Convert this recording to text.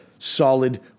solid